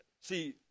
see